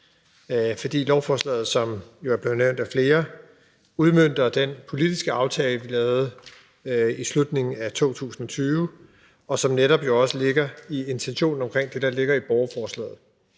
fordi lovforslaget, som det jo er blevet nævnt af flere, udmønter den politiske aftale, som vi lavede i slutningen af 2020, og som jo netop også ligger i intentionen i borgerforslaget.